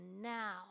now